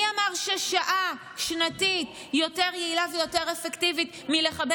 מי אמר ששעה שנתית יותר יעילה ויותר אפקטיבית מלחבר